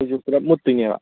ꯑꯩꯈꯣꯏꯁꯨ ꯄꯨꯂꯞ ꯃꯨꯠꯀꯗꯣꯏꯅꯦꯕ